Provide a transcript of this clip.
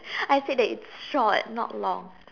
I said that it's short not long